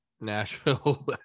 Nashville